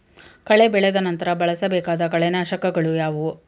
ಕಳೆ ಬೆಳೆದ ನಂತರ ಬಳಸಬೇಕಾದ ಕಳೆನಾಶಕಗಳು ಯಾವುವು?